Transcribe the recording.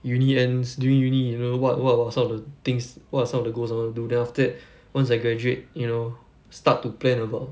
uni ends during uni you know what what was some of the things what are some of the goals I want to do then after that once I graduate you know start to plan about